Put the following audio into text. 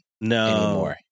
No